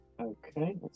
Okay